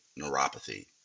neuropathy